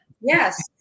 Yes